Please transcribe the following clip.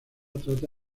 trata